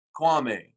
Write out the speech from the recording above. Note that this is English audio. Kwame